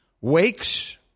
wakes